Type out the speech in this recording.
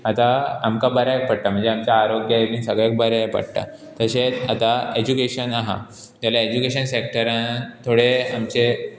आतां आमकां बऱ्याक पडटा म्हणजे आमच्या आरोग्याक बीन सगळ्याक बऱ्याक पडटा तशेंच आतां एजुकेशन आसा जाल्यार एज्युकेशन सॅक्टरान थोडे आमचे